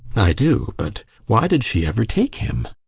i do but why did she ever take him?